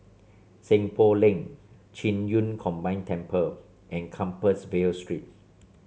Seng Poh Lane Qing Yun Combined Temple and Compassvale Street